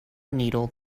needle